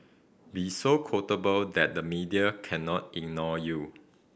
be so quotable that the media cannot ignore you